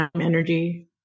energy